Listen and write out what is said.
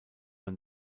man